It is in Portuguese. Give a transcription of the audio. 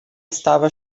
estava